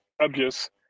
obvious